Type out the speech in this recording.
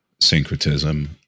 syncretism